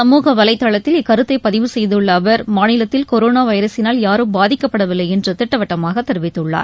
சமூக வலைதளத்தில் இக்கருத்தை பதிவு செய்துள்ள அவர் மாநிலத்தில் கொரோனா வைரஸினால் யாரும் பாதிக்கப்படவில்லை என்று திட்டவட்டமாக தெரிவித்துள்ளார்